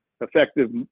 effective